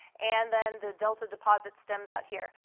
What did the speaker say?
and then the delta deposit stems out here.